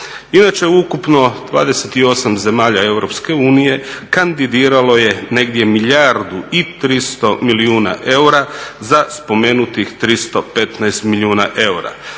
Inače ukupno 28 zemalja EU kandidiralo je negdje milijardu i 300 milijuna eura za spomenutih 325 milijuna eura.